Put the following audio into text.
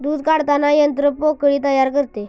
दूध काढताना यंत्र पोकळी तयार करते